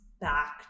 back